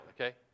okay